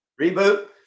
reboot